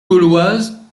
gauloise